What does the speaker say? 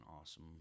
awesome